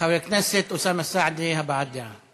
חבר הכנסת אוסאמה סעדי, הבעת דעה.